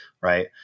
Right